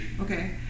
Okay